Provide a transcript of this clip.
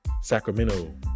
Sacramento